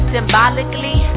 Symbolically